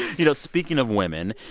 you know, speaking of women,